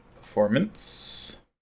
Performance